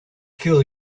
kill